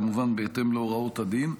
כמובן בהתאם להוראות הדין,